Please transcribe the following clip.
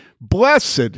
Blessed